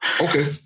Okay